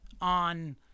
on